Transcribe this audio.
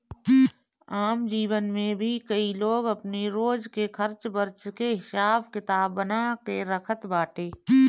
आम जीवन में भी कई लोग अपनी रोज के खर्च वर्च के हिसाब किताब बना के रखत बाटे